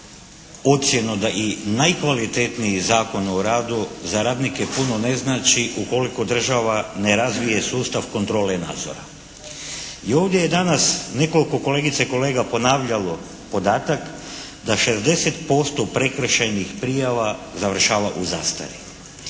ocjenu da i najkvalitetniji Zakon o radu za radnike puno ne znači ukoliko država ne razvije sustav kontrole i nadzora. I ovdje je danas nekoliko kolegica i kolega ponavljalo podatak da 60% prekršajnih prijava završava u zastari.